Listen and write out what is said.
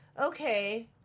Okay